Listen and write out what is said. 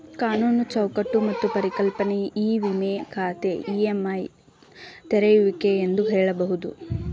ಕಾನೂನು ಚೌಕಟ್ಟು ಮತ್ತು ಪರಿಕಲ್ಪನೆ ಇ ವಿಮ ಖಾತೆ ಇ.ಐ.ಎ ತೆರೆಯುವಿಕೆ ಎಂದು ಹೇಳಬಹುದು